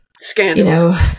Scandals